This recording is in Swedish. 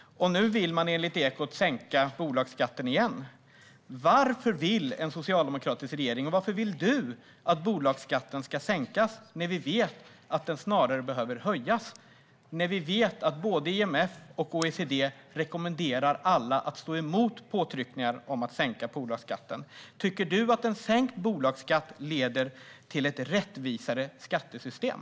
Nu vill man enligt Ekot sänka bolagsskatten igen. Varför vill en socialdemokratisk regering, och varför vill du, att bolagsskatten ska sänkas när vi vet att den snarare behöver höjas och när vi vet att både OECD och IMF rekommenderar alla att stå emot påtryckningar om att sänka bolagsskatten? Tycker du att en sänkt bolagsskatt leder till ett rättvisare skattesystem?